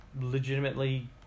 legitimately